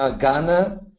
ah ghana,